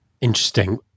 Interesting